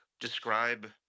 describe